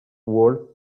wall